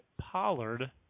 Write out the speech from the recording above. Pollard